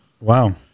Wow